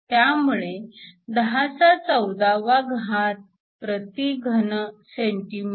त्यामुळे ही 1014 cm 3